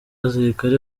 abasirikare